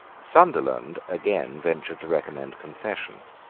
sunderland again ventured to recommend concession.